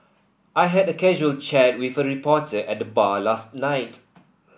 I had a casual chat with a reporter at the bar last night